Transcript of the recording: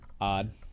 Odd